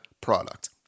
product